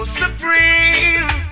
supreme